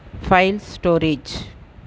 files storage